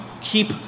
keep